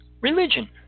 religion